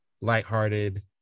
lighthearted